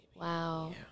Wow